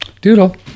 Doodle